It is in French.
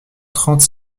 trente